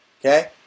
Okay